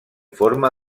forma